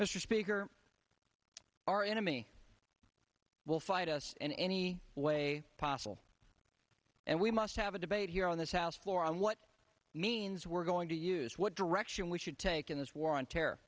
mr speaker our enemy will fight us in any way possible and we must have a debate here on this house floor on what means we're going to use what direction we should take in this war on terror